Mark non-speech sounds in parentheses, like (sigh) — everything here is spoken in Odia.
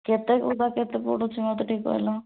କେତେ (unintelligible) କେତେ ପଡ଼ୁଛି ମୋତେ ଟିକେ କହିଲ